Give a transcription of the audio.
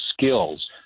skills